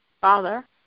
father